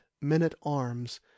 men-at-arms